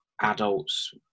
adults